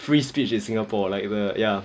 free speech in singapore like the ya